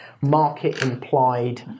market-implied